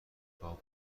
اتاق